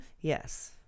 Yes